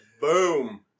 boom